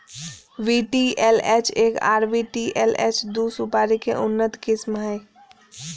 VTLH एक आर VTLH दू सुपारी के उन्नत किस्म हय